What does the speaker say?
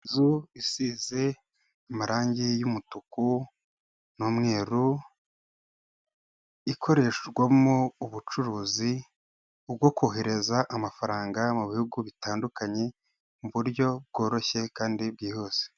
Inzu isize amarangi y'umutuku n'umweru, ikoreshwamo ubucuruzi bwo kohereza amafaranga mu bihugu bitandukanye, mu buryo bworoshye kandi bwihuse.